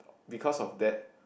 because of that